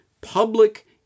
public